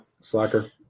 Slacker